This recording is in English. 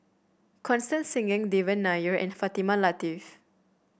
Constance Singam Devan Nair and Fatimah Lateef